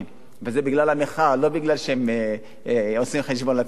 וזה בגלל המחאה, לא בגלל שהם עושים חשבון לצרכנים.